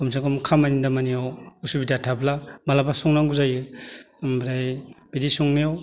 खमसेखम खामानि दामानियाव उसुबिदा थाब्ला माब्लाबा संनांगौ जायो ओमफ्राय बिदि संनायाव